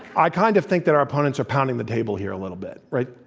i kind of think that our opponents are pounding the table here a little bit, right?